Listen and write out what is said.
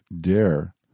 dare